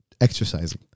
exercising